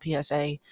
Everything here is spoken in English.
PSA